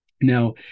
now